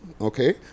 Okay